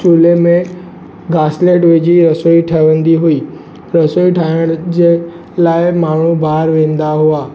चूल्हे में घासलेट विझी रसोई ठहंदी हुई रसोई ठाहिण जे लाइ माण्हू ॿाहिरि वेंदा हुआ